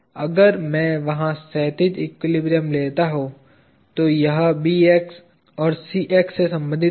अगर मैं वहां क्षैतिज एक्विलिब्रियम लेता हूं तो यह Bx और Cx से संबंधित होगा